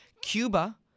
Cuba